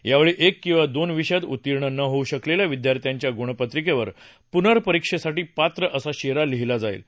त्यावेळी एक किंवा दोन विषयात उत्तीर्ण होऊ न शकलेल्या विद्यार्थ्यांच्या गुणपत्रिकेवर पुनर्परीक्षेसाठी पात्र असा शेरा लिहिला जाईल